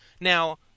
Now